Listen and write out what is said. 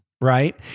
right